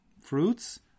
fruits